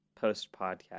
post-podcast